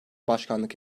başkanlık